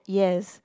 yes